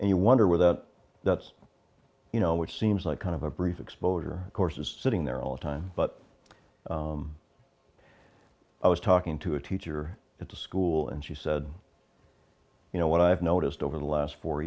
and you wonder where that that's you know what seems like kind of a brief exposure course is sitting there all the time but i was talking to a teacher at the school and she said you know what i've noticed over the last four